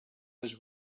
was